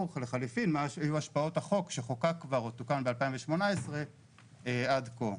או לחליפין מה היו השפעות החוק שחוקק כבר או תוקן ב-2018 עד כה.